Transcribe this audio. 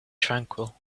tranquil